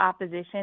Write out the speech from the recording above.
opposition